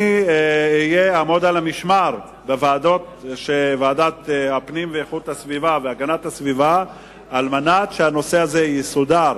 אני אעמוד על המשמר בוועדת הפנים והגנת הסביבה כדי שהנושא הזה יסודר.